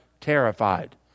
terrified